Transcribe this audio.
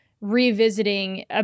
revisiting